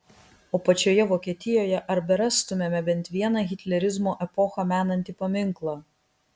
o pačioje vokietijoje ar berastumėme bent vieną hitlerizmo epochą menantį paminklą